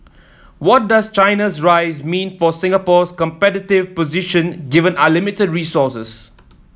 what does China's rise mean for Singapore's competitive position given our limited resources